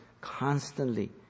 constantly